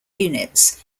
units